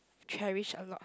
cherish a lot